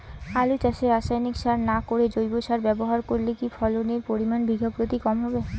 আলু চাষে রাসায়নিক সার না করে জৈব সার ব্যবহার করলে কি ফলনের পরিমান বিঘা প্রতি কম হবে?